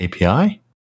API